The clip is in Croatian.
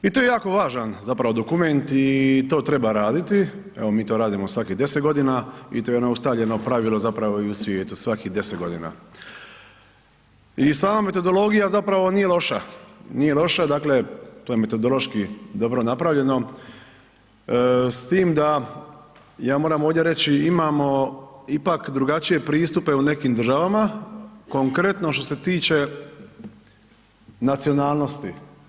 I to je jako važan zapravo dokument i to treba raditi, evo mi to radimo svakih 10.g. i to je jedno ustaljeno pravilo zapravo i u svijetu, svakih 10.g. I sama metodologija nije loša, nije loša, dakle to je metodološki dobro napravljeno s tim da ja moram ovdje reći imamo ipak drugačije pristupe u nekim državama, konkretno što se tiče nacionalnosti.